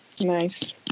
nice